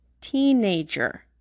teenager